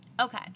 okay